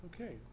Okay